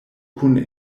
kun